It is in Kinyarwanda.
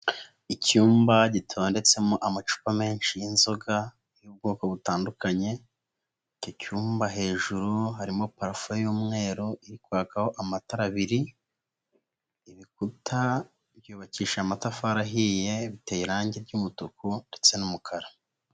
Icyumba gitondetsemo amacupa menshi y'inzoga y'ubwoko butandukanye. Icyo cyumba hejuru harimo parafo y'umweru iri kwakaho amatara abiri. Ibikuta byubakisha amatafari ahiye biteye irangi ry'umutuku ndetse n'umukara.